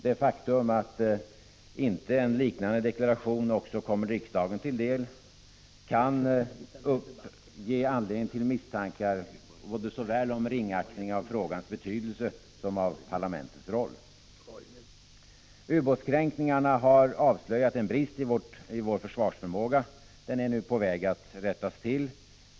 Det faktum att inte en liknande deklaration också kommer riksdagen till del kan ge anledning till misstankar om såväl ringaktning av frågans betydelse som av parlamentets roll. Ubåtskränkningarna har avslöjat en brist i vår försvarsförmåga. Den är nu på väg att rättas till.